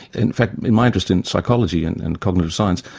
in fact, in my interest in psychology and and cognitive science,